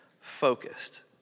focused